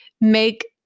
make